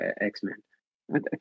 x-men